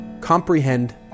comprehend